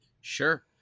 Sure